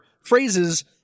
phrases